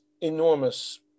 enormous